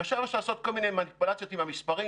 ועכשיו אפשר לעשות כל מיני מניפולציות עם המספרים,